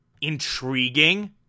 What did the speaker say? intriguing